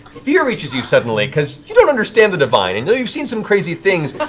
fear reaches you suddenly because you don't understand the divine, and though you've seen some crazy things,